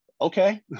Okay